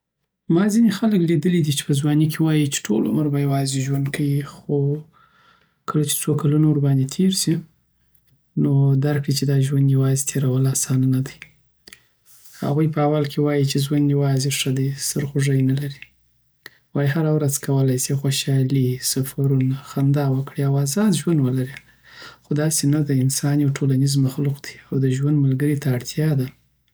ما ځینی خلک لیدلی دی چی په ځوانی کی وایی چی ټول عمر به یوازی ژوند کوی خو کله چی څوکلونه ورباندی تیرسی نو درک کړی چی دا ژوند یوازی تیرول اسانه ندی هغوی په اول کی وایی چی ژوند یوازې ښه دی، سرخوږی نه لري. وایی هره ورځ کولای سی خوشحالۍ، سفرونه، خندا وکړی او ازاد ژوند ولری خو داسی نده، انسان یو ټولنیز مخلوق دی او دژوند ملګری ته اړتیاده